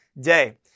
day